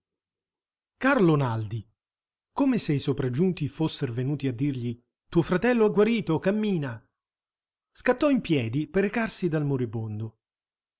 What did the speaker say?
carlo naldi come se i sopraggiunti fosser venuti a dirgli tuo fratello è guarito cammina scattò in piedi per recarsi dal moribondo